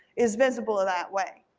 is visible that way.